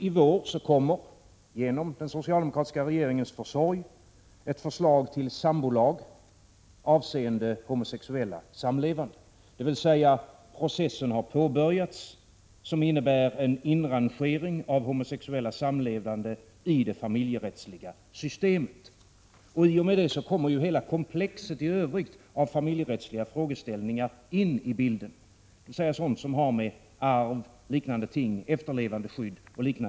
I vår kommer genom den socialdemokratiska regeringens försorg ett förslag till sambolag avseende homosexuellas samlevnad. En process har alltså påbörjats som innebär en inrangering av homosexuella samlevande i det familjerättsliga systemet. I och med detta kommer hela komplexet av familjerättsliga frågeställningar in i bilden, dvs. sådant som har med arv, efterlevandeskydd oo.